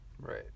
right